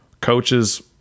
Coaches